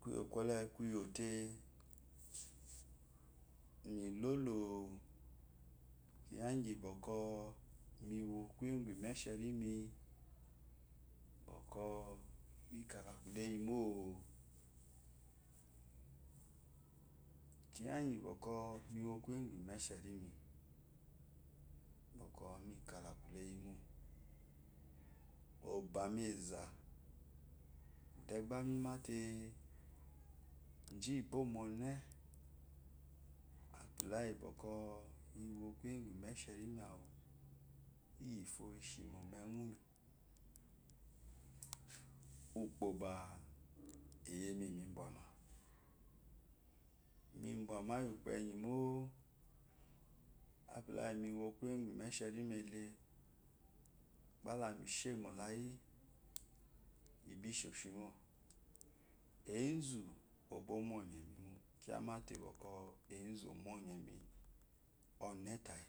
Kuyo kole kuyote millo mughi bwɔkwc miwo kuye gu imesherimi bwɔkwɔ mikedekuleyimo kiya gyi miwo kuye gun imesherimi bwɔkwɔ mivalakuleyi mo obami eza idan gba mimate ji ibo mone edula yi bwɔkwɔ miwo kuye gu imesherimi awu ivifo ishimo mewumi uko ba eyeme mibwama bimwama iyi ukpo ba eyeme mibwama mubwama iya ukpo enyi mo apula iyi miwo kuye gu imeshimi ele gbala mi shemo tayi igyi sheshimo enzu ɔbwɔmonye mo kyamate bwɔkwɔ enzu omonye mi one tayi